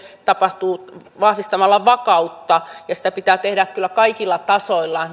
tapahtuu vahvistamalla vakautta ja sitä pitää tehdä kyllä kaikilla tasoilla